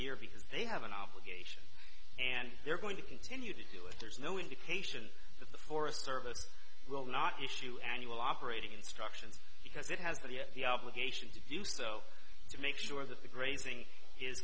year because they have an obligation and they're going to continue to do it there's no indication that the forest service will not issue annual operating instructions because it has but yet the obligation to do so to make sure that the grazing is